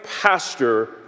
pastor